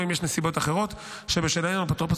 או אם יש נסיבות אחרות שבשלהן האפוטרופוס